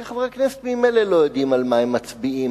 שחברי הכנסת ממילא לא יודעים על מה הם מצביעים,